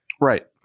Right